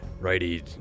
righty